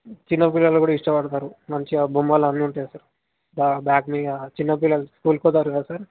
చిన్నపిల్లలు కూడా ఇష్టపడతారు మంచిగా బొమ్మలన్నుంటాయి సార్ ఆ బ్యాగ్ మీద చిన్నపిల్లల స్కూల్కి పోతారు కద సార్